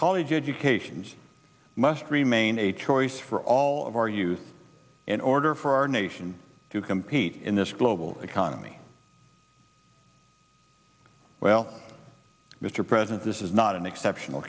college educations must remain a choice for all of our youth in order for our nation to compete in this global economy well mr president this is not an exceptional